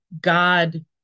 God